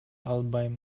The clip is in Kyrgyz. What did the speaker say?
албайм